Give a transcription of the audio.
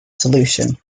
solution